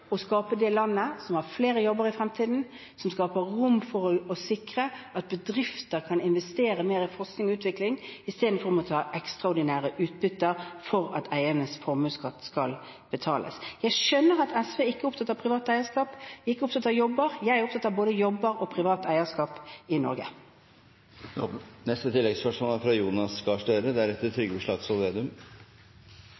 å skape det landet som har flere jobber i fremtiden, som skaper rom for å sikre at bedrifter kan investere mer i forskning og utvikling istedenfor å måtte ta ekstraordinære utbytter for at eiernes formuesskatt skal betales. Jeg skjønner at SV ikke er opptatt av privat eierskap, og de er ikke opptatt av jobber. Jeg er opptatt av både jobber og privat eierskap i